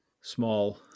small